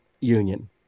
Union